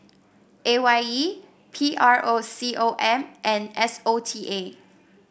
A Y E P R O C O M and S O T A